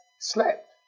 slept